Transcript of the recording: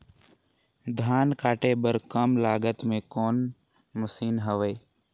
धान काटे बर कम लागत मे कौन मशीन हवय?